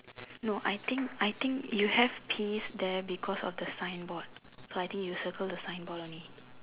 no I think I think you have peas there because of the signboard so I think you circle the signboard only